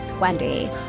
Wendy